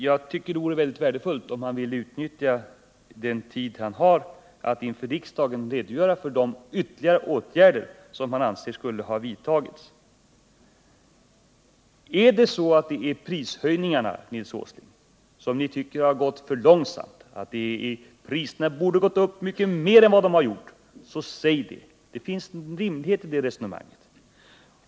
Jag tycker att det vore mycket värdefullt om han ville utnyttja den taletid han har till att inför riksdagen redogöra för de ytterligare åtgärder som han anser skulle ha vidtagits. Är det så, Nils Åsling, att ni tycker att prishöjningarna har gått för långsamt, att priserna borde ha gått upp mycket mer än vad de har gjort, så säg det! Det finns rimlighet i det resonemanget.